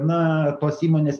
na tos įmonės